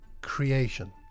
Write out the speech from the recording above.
Creation